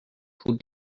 who